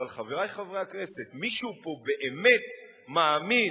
אבל, חברי חברי הכנסת, מישהו פה באמת מאמין